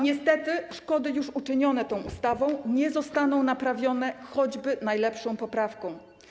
Niestety szkody już uczynione tą ustawą nie zostaną naprawione choćby najlepszą poprawką.